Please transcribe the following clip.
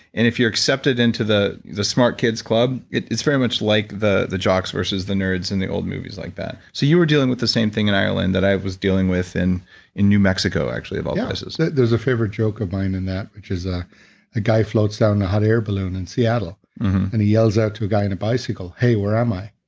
and if you're accepted into the the smart kids club, it's very much like the the jocks versus the nerds in the old movies like that. so you were dealing with the same thing in ireland that i was dealing with in in new mexico, actually, of all places yeah. there's a favorite joke of mine in that which is the ah guy floats down the hot air balloon in seattle and he yells out to a guy in a bicycle, hey, where am i?